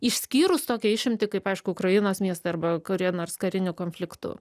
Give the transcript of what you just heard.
išskyrus tokią išimtį kaip aišku ukrainos miestai arba kurie nors karinių konfliktų